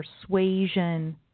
persuasion